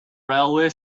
railway